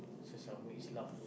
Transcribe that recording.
sesama Islam